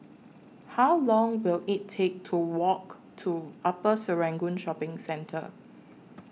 How Long Will IT Take to Walk to Upper Serangoon Shopping Centre